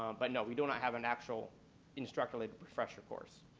um but no we do not have an actual instructor-led refresher course.